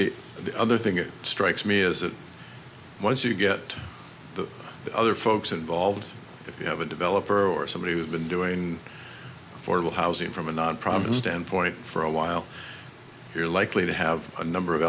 the other thing it strikes me is that once you get the other folks involved you have a developer or somebody who's been doing for the housing from a non problem standpoint for a while you're likely to have a number of